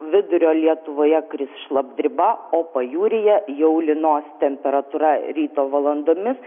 vidurio lietuvoje kris šlapdriba o pajūryje jau lynos temperatūra ryto valandomis